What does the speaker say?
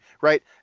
Right